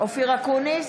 אופיר אקוניס,